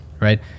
right